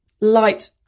light